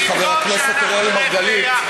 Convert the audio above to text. חבר הכנסת מרגלית,